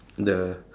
the